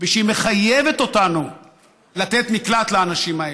ושהיא מחייבת אותנו לתת מקלט לאנשים האלה.